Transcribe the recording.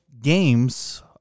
games